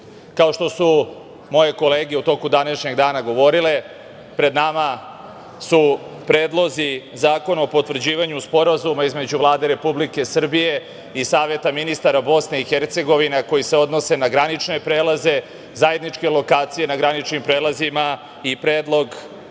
kao što su moje kolege u toku današnjeg dana govorile, pred nama su predlozi zakona o potvrđivanju sporazuma između Vlade Republike Srbije i Saveta ministara BiH koji se odnose na granične prelaze, zajedničke lokacije na graničnim prelazima i Predlog